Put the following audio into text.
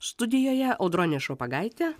studijoje audronė šopagaitė